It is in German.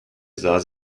sah